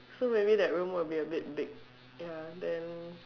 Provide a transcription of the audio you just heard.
so maybe that room will be a bit big ya then